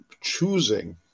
choosing